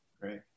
Great